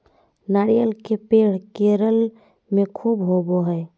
नारियल के पेड़ केरल में ख़ूब होवो हय